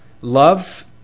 Love